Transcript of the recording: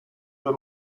due